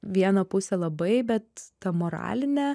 vieną pusę labai bet ta moraline